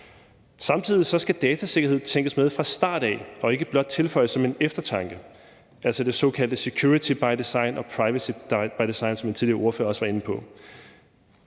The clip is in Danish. Samtidig skal datasikkerhed tænkes med fra start af og ikke blot tilføjes som en eftertanke, altså det såkaldte security by design og privacy by design, som en tidligere ordfører også var inde på.